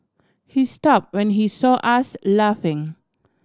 he stop when he saw us laughing